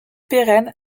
pérennes